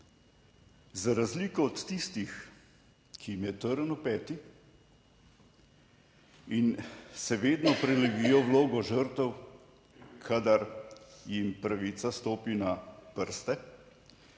za razliko od tistih, ki jim je trn v peti in se vedno prelevijo v vlogo žrtev, kadar jim pravica stopi na prste,